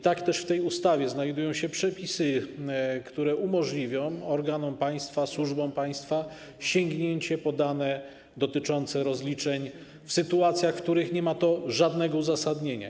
Tak też w tej ustawie znajdują się przepisy, które umożliwią organom państwa, służbom państwa sięgnięcie po dane dotyczące rozliczeń w sytuacjach, w których nie ma to żadnego uzasadnienia.